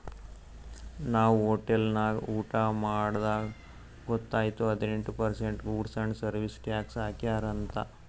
ನಾವ್ ಹೋಟೆಲ್ ನಾಗ್ ಊಟಾ ಮಾಡ್ದಾಗ್ ಗೊತೈಯ್ತು ಹದಿನೆಂಟ್ percent goods and service tax ಹಾಕ್ಯಾರ್ ಅಂತ್